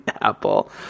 Apple